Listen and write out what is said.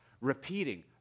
repeating